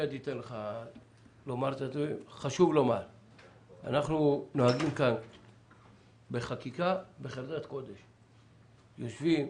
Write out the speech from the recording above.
אנחנו נוהגים בחקיקה בחרדת קודש - יושבים,